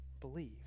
believe